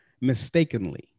mistakenly